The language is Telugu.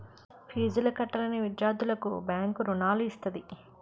ఫీజులు కట్టలేని విద్యార్థులకు బ్యాంకు రుణాలు ఇస్తది